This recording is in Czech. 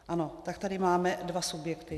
Ano, tak tady máme dva subjekty.